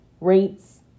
rates